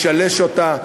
לשלש אותה,